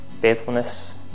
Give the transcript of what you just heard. faithfulness